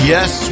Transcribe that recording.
Yes